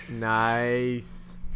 Nice